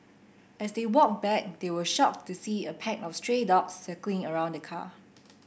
as they walked back they were shocked to see a pack of stray dogs circling around the car